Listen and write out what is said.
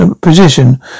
position